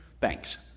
Thanks